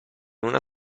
una